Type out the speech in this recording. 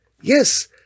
yes